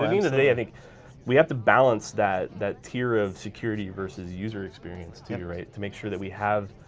i mean the today, i think we have to balance that that tier of security versus user experience to you right to make sure that we have